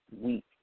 week